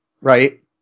Right